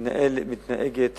שמתנהגת